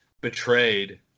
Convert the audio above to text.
betrayed